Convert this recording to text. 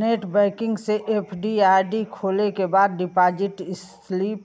net banking से FD RD खोले के बाद डिपाजिट स्लिप